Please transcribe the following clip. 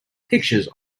pictures